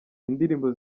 indirimbo